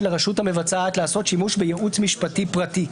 לרשות המבצעת לעשות שימוש בייעוץ משפטי פרטי.